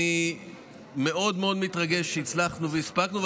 אני מאוד מאוד מתרגש שהצלחנו והספקנו.